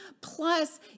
Plus